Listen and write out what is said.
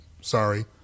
sorry